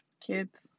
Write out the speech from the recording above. kids